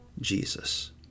Jesus